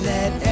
Let